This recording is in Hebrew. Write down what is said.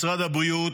משרד הבריאות,